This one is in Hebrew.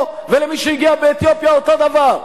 למי שהגיע ממרוקו ולמי שהגיע מאתיופיה אותו דבר.